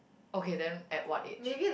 okay then at what age